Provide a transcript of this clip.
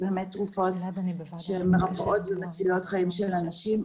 באמת תרופות מרפאות ומצילות חיים של אנשים,